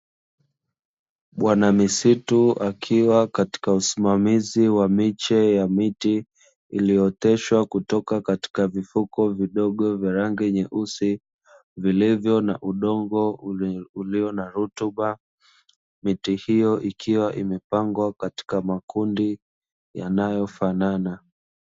Bwana misitu akiwa katika usimamizi wa miche ya miti, iliyooteshwa kutoka katika vifuko vidogo vya rangi nyeusi, vilivyo na udongo ulio na rutuba. Miti hiyo ikiwa imepangwa katika makundi yanayofanana.